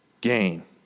gain